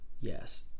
Yes